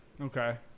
Okay